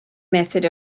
method